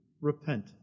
repent